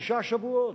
שישה שבועות.